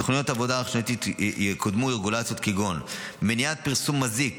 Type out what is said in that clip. בתוכניות העבודה השנתיות יקודמו רגולציות כגון מניעת פרסום מזון מזיק